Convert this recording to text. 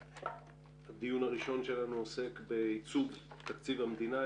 הדיון הראשון שלנו עוסק בעיצוב תקציב המדינה.